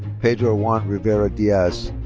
pedro juan rivera diaz.